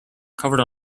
covered